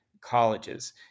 colleges